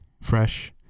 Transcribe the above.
fresh